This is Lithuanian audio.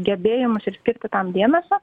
gebėjimus ir skirti tam dėmesio